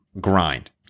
grind